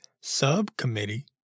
subcommittee